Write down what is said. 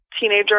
teenager